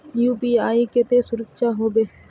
UPI केते सुरक्षित होबे है?